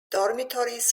dormitories